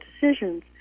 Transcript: decisions